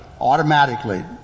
Automatically